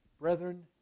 Brethren